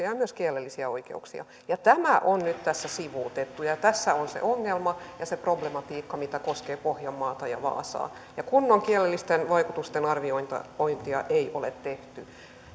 ja ja myös kielellisiä oikeuksia tämä on nyt tässä sivuutettu ja tässä on se ongelma ja se problematiikka mikä koskee pohjanmaata ja vaasaa kunnon kielellisten vaikutusten arviointia ei ole tehty